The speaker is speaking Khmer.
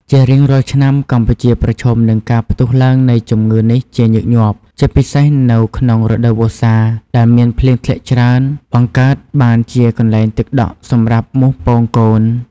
ជារៀងរាល់ឆ្នាំ កម្ពុជាប្រឈមនឹងការផ្ទុះឡើងនៃជំងឺនេះជាញឹកញាប់ ជាពិសេសនៅក្នុងរដូវវស្សា ដែលមានភ្លៀងធ្លាក់ច្រើន បង្កើតបានជាកន្លែងទឹកដក់សម្រាប់មូសពងកូន។